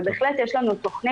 אבל בהחלט יש לנו תוכנית,